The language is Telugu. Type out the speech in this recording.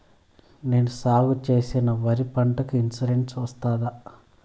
నేను సాగు చేసిన వరి పంటకు ఇన్సూరెన్సు వస్తుందా?